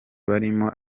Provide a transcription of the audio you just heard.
barimo